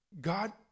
God